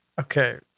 Okay